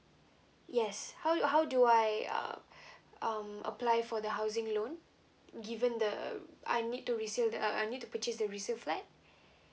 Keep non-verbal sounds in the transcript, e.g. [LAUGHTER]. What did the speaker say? yes how you how do I uh [BREATH] um apply for the housing loan given the I need to resale the uh I need to purchase the resale flat